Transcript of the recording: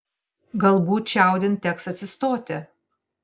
galbūt čiaudint teks atsistoti